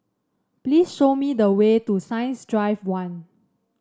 please show me the way to Science Drive One